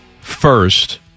first